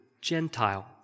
Gentile